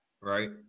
right